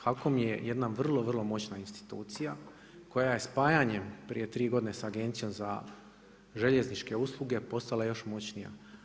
HAKOM je vrlo vrlo moćna institucija, koja je spajanjem prije 3 godine sa agencijom za željezničke usluge postala još moćnija.